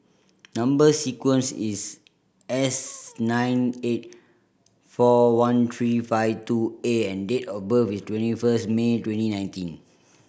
number sequence is S nine eight four one three five two A and date of birth is twenty first May twenty nineteen